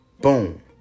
Boom